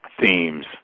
themes